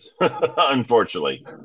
unfortunately